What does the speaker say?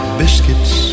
biscuits